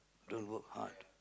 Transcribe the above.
don't work hard